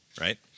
right